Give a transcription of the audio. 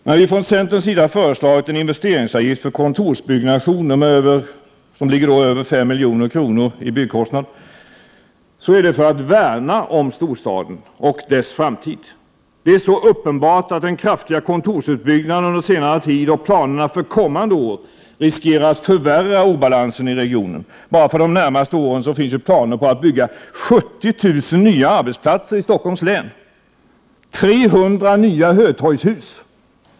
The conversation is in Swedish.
När vi från centerns sida föreslagit en investeringsavgift för kontorsbyggnationer med en byggkostnad över 5 milj.kr. är det för att värna om storstaden och dess framtid. Det är så uppenbart att den kraftiga kontorsutbyggnaden under senare tid och planerna för kommande år riskerar att förvärra obalansen i regionen. Bara för de närmaste åren finns planer på byggande av 70 000 nya arbetsplatser i Stockholms län. 300 nya Hötorgshus!